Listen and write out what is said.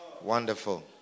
Wonderful